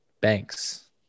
banks